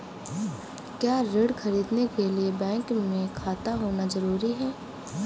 क्या ऋण ख़रीदने के लिए बैंक में खाता होना जरूरी है?